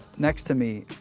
next to me